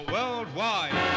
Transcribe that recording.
Worldwide